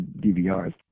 DVRs